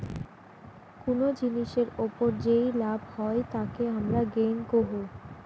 কুনো জিনিসের ওপর যেই লাভ হই তাকে হামারা গেইন কুহু